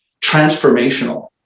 transformational